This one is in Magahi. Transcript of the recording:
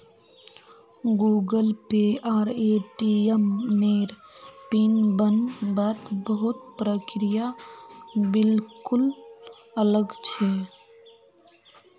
गूगलपे आर ए.टी.एम नेर पिन बन वात बहुत प्रक्रिया बिल्कुल अलग छे